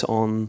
on